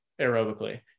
aerobically